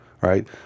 right